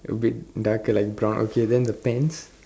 a bit darker like brown okay then the pants